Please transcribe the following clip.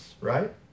right